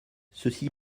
ceci